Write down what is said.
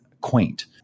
Quaint